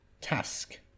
task